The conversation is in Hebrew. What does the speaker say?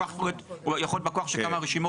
בא כוח הוא יכול להיות בא כוח של כמה רשימות.